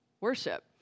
worship